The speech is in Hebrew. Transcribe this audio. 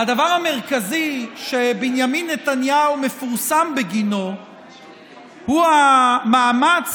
המרכזי שבנימין נתניהו מפורסם בגינו הוא המאמץ